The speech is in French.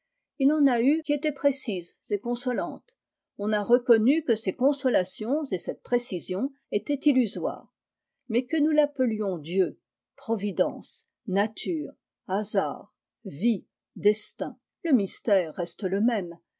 il en a eu qui ent précises et consolantes on a reconnu ces consolations et cette précision étaient soires mais que nous l'appellions dieu la vie des abeilles providence naturie hasard vie destin le mystère reste le même